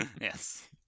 Yes